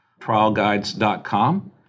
trialguides.com